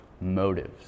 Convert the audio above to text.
motives